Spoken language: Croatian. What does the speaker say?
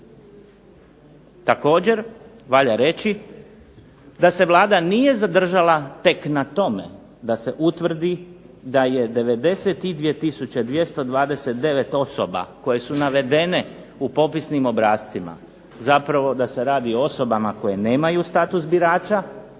Također valja reći da se Vlada nije zadržala tek na tome da se utvrdi da je 92 229 osoba koje su navedene u popisnim obrascima zapravo da se radi o osobama koje nemaju status birača